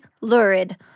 lurid